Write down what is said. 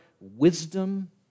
wisdom